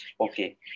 okay